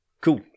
Cool